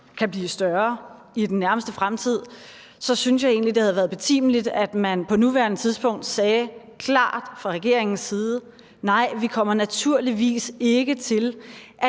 kan blive større i den nærmeste fremtid, synes jeg egentlig, det havde været betimeligt, at man på nuværende tidspunkt sagde klart fra regeringens side: Nej, vi kommer naturligvis ikke til